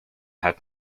had